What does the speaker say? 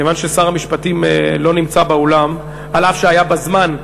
כיוון ששר המשפטים לא נמצא באולם אף-על-פי שהיה בזמן,